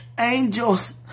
Angels